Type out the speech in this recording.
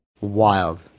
Wild